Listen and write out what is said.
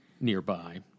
nearby